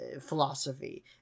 philosophy